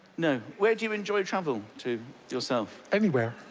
no? where do you enjoy travel to yourself? anywhere.